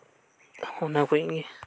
ᱚᱱᱟ ᱠᱚᱜᱮ